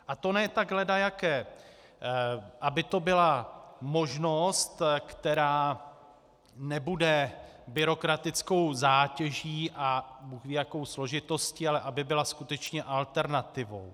A to ne tak ledajaké, aby to byla možnost, která nebude byrokratickou zátěží a bůhvíjakou složitostí, ale aby byla skutečně alternativou.